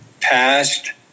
past